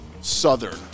Southern